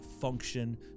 function